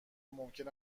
ممکن